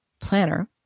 planner